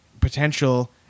potential